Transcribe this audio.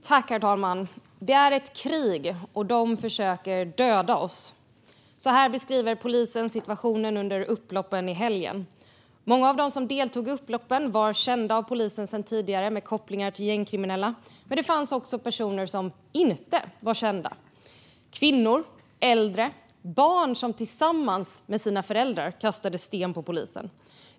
Herr talman! "Det är ett krig, och de försöker döda oss." Så beskrev polisen situationen under upploppen i helgen. Många av dem som deltog i upploppen var kända av polisen sedan tidigare, med kopplingar till gängkriminella, men det fanns också personer som inte var kända: kvinnor, äldre och barn som tillsammans med sina föräldrar kastade sten på polisen.